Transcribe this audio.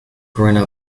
growing